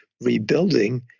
rebuilding